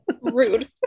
rude